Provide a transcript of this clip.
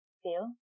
feel